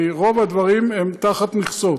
הביצים, בשונה מרוב הדברים, הן תחת מכסות,